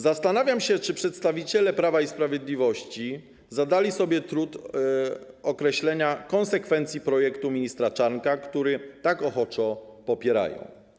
Zastanawiam się, czy przedstawiciele Prawa i Sprawiedliwości zadali sobie trud określenia konsekwencji projektu ministra Czarnka, który tak ochoczo popierają.